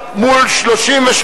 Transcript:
רבותי חברי הכנסת,